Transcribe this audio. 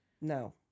No